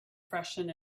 freshen